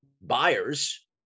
buyers